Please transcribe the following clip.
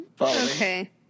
Okay